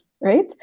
right